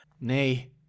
nay